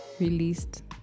released